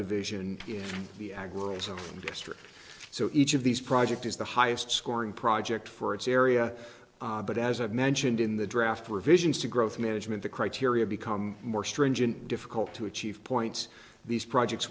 district so each of these project is the highest scoring project for its area but as i've mentioned in the draft revisions to growth management the criteria become more stringent difficult to achieve points these projects